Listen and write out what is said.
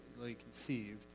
conceived